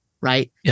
right